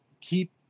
keep